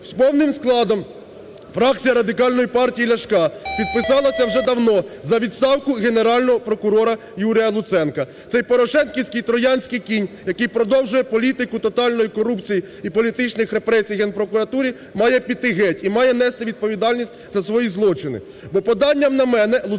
Повним складом фракція Радикальної партії Ляшка підписалася вже давно за відставку Генерального прокурора Юрія Луценка. Цей порошенківський троянський кінь, який продовжує політику тотальної корупції і політичних репресій в Генпрокуратурі, має піти геть і має нести відповідальність за свої злочини.